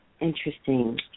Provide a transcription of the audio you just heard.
interesting